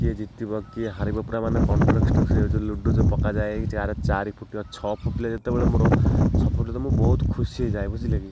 କିଏ ଜିତିବ କିଏ ହାରିବ ପୁରା ମାନେ କଣ୍ଟ୍ରାଷ୍ଟର ସହିତ ଯେଉଁ ଲୁଡ଼ୁ ପକାଯାଏ କି ଚାରି ଚାରି ଫୁଟ ଛଅ ଫୁଟିଲେ ଯେତେବେଳେ ମୋର ସବୁଠୁ ତ ମୁଁ ବହୁତ ଖୁସି ହେଇଯାଏ ବୁଝିଲେକି